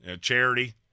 charity